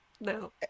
No